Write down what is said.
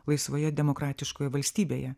laisvoje demokratiškoje valstybėje